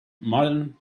modern